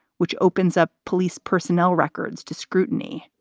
which opens up police personnel records to scrutiny.